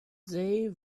they